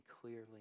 clearly